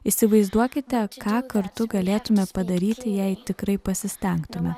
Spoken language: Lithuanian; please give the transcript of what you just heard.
įsivaizduokite ką kartu galėtume padaryti jei tikrai pasistengtume